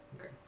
Okay